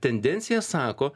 tendencija sako